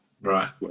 Right